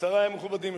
שרי המכובדים,